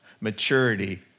maturity